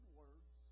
words